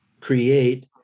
create